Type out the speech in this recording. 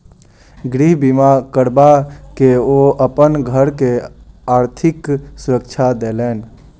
गृह बीमा करबा के ओ अपन घर के आर्थिक सुरक्षा देलैन